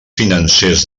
financers